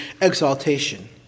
exaltation